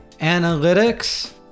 analytics